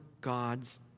God's